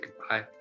goodbye